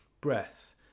breath